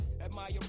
Admire